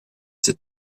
sept